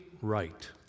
right